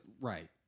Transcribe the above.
right